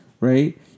right